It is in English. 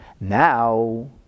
Now